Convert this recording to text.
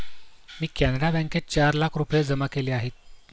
मी कॅनरा बँकेत चार लाख रुपये जमा केले आहेत